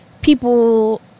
people